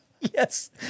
Yes